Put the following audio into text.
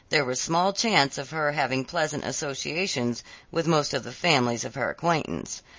there was small chance of her having pleasant associations with most of the families of her acquaintance.